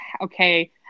okay